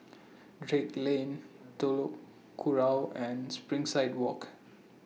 Drake Lane Telok Kurau and Springside Walk